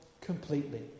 completely